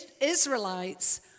Israelites